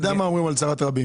אתה יודע מה אומרים על צרת רבים?